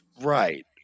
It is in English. right